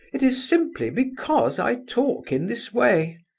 it is simply because i talk in this way.